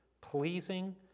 pleasing